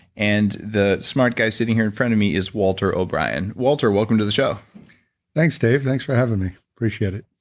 and the smart guy sitting here in front of me is walter o'brien. walter, welcome to the show thanks, dave. thanks for having me. appreciate it